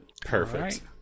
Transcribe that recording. perfect